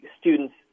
students